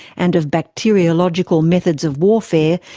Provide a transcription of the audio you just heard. and of bacteriological methods of warfare,